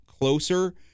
closer